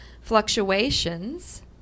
fluctuations